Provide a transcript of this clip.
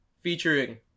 featuring